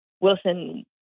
Wilson